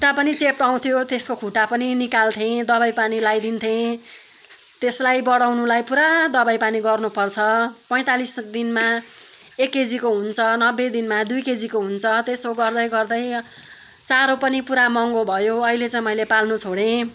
खुट्टा पनि चेप्ट्याउँथ्यो त्यसको खुट्टा पनि निकाल्थेँ दबाई पानी लाइदिन्थेँ त्यसलाई बढाउनुलाई पुरा दबाई पानी गर्नु पर्छ पैँतालिस दिनमा एक केजीको हुन्छ नब्बे दिनमा दुई केजीको हुन्छ त्यसो गर्दै गर्दै चारो पनि पुरा महँगो भयो अहिले चाहिँ मैले पाल्नु छोडेँ